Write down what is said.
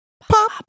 pop